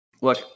look